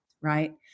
right